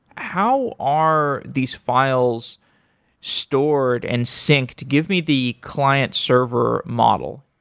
how are these files stored and sync to give me the client-server model?